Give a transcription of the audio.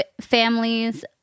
families